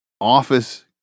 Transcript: office